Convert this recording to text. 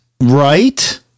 Right